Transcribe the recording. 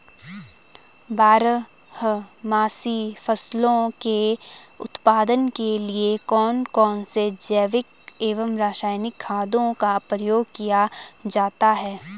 बारहमासी फसलों के उत्पादन के लिए कौन कौन से जैविक एवं रासायनिक खादों का प्रयोग किया जाता है?